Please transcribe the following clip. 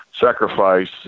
sacrifice